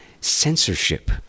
censorship